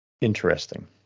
Interesting